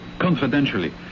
confidentially